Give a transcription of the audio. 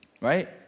right